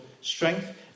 strength